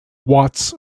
watts